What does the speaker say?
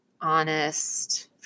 honest